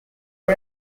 for